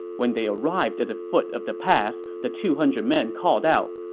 when they arrived at the foot of the pass, the two hundred men called out,